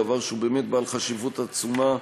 דבר שהוא באמת בעל חשיבות עצומה.